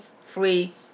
free